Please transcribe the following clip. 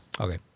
Okay